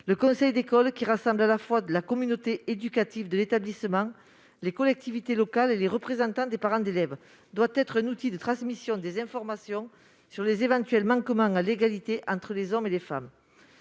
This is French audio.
le conseil d'école. Celui-ci rassemble la communauté éducative de l'établissement, les collectivités locales et les représentants des parents d'élèves ; il doit être un outil de transmission des informations sur les éventuels manquements à l'égalité entre les hommes et les femmes.